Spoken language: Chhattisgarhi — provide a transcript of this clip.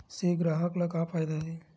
से ग्राहक ला का फ़ायदा हे?